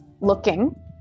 looking